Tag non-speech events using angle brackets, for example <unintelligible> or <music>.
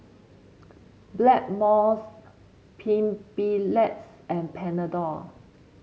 Blackmores <unintelligible> and Panadol